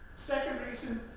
second reason,